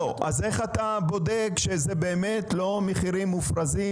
אז איך אתה בודק שאלו באמת לא מחירים מופרזים?